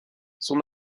son